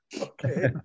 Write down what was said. Okay